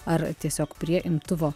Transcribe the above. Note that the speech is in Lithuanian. ar tiesiog prie imtuvo